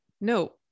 no